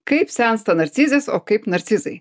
kaip sensta narcizės o kaip narcizai